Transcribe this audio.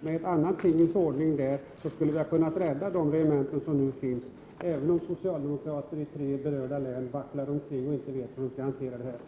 Med en annan tingens ordning där skulle vi ha kunnat rädda de regementen som nu finns, även om socialdemokraterna i tre berörda län vacklar omkring och inte vet hur de skall hantera detta.